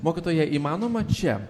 mokytoja įmanoma čia